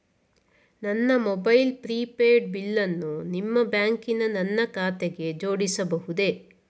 ನನ್ನ mobile prepaid ಬಿಲ್ಲನ್ನು ನಿಮ್ಮ ಬ್ಯಾಂಕಿನ ನನ್ನ ಖಾತೆಗೆ ಜೋಡಿಸಬಹುದೇ?